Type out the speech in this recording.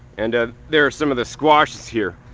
and there are some of the squashes here.